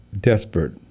desperate